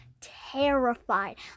terrified